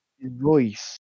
voice